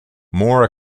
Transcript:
more